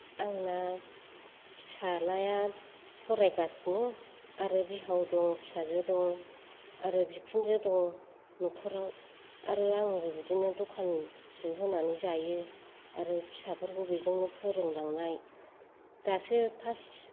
आंना फिसाज्लाया फरायगासिनो आरो बिहाव दं फिसाजो दं आरो बिखुनजो दं न'खराव आरो आंबो बिदिनो दखानसो होनानै जायो आरो फिसाफोरखौ बेजोंनो फोरोंलांनाय दासो फार्स्ट